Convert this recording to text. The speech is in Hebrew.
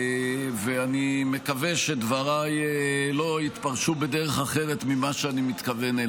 ואני מקווה שדבריי לא יתפרשו בדרך אחרת ממה שאני מתכוון.